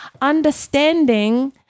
Understanding